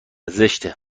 زشته